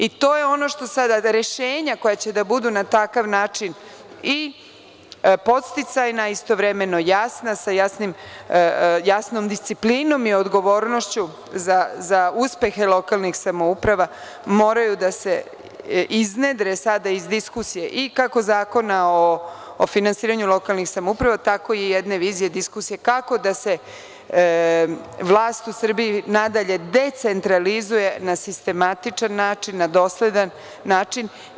I to je ono što sada, ta rešenja koja će da budu na takav način i podsticajna i istovremeno jasna, sa jasnom disciplinom i odgovornošću za uspehe lokalnih samouprava moraju da se iznedre sada iz diskusije i kako Zakona o finansiranju lokalnih samouprava, tako i jedne vizije diskusije kako da se vlast u Srbiji nadalje decentralizuje na sistematičan način, na dosledan način.